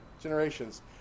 Generations